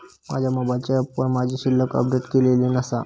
माझ्या मोबाईलच्या ऍपवर माझी शिल्लक अपडेट केलेली नसा